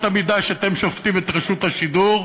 המידה שלפיהן אתם שופטים את רשות השידור,